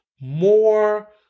more